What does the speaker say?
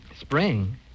Spring